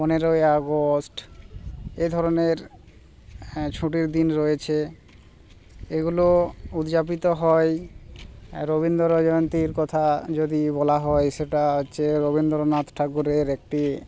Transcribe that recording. পনেরোই আগস্ট এ ধরনের হ্যাঁ ছুটির দিন রয়েছে এগুলো উদযাপিত হয় রবীন্দ্র জয়ন্তীর কথা যদি বলা হয় সেটা হচ্ছে রবীন্দ্রনাথ ঠাকুরের একটি